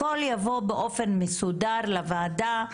הכול יבוא באופן מסודר לוועדה,